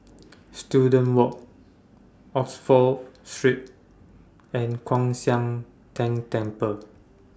Student Walk Oxford Street and Kwan Siang Tng Temple